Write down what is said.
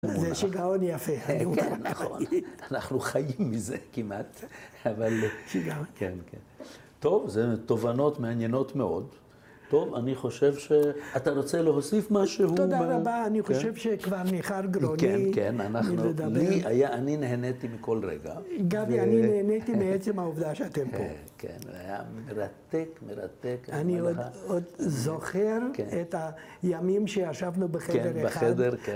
‫זה שיגעון יפה. ‫-נכון, אנחנו חיים מזה כמעט, אבל... ‫שיגעון. ‫-כן, כן. ‫טוב, זה תובנות מעניינות מאוד. ‫טוב, אני חושב ש... ‫אתה רוצה להוסיף משהו? ‫תודה רבה, אני חושב ‫שכבר ניחר גרון מלדבר. ‫אני נהניתי מכל רגע. ‫-גבי, אני נהניתי מעצם ‫מהעובדה שאתם פה. ‫-כן, היה מרתק, מרתק. ‫אני עוד... עוד זוכר... כן. את הימים ‫שישבנו בחדר אחד. ‫כן, בחדר, כן.